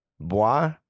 Bois